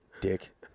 Dick